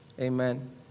Amen